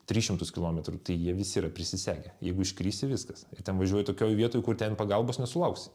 tris šimtus kilometrų tai jie visi yra prisisegę jeigu iškrisi viskas ir ten važiuoji tokioj vietoj kur ten pagalbos nesulauksi